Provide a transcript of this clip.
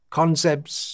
concepts